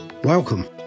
Welcome